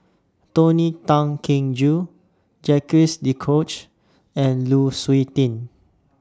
Tony Tan Keng Joo Jacques De Coutre and Lu Suitin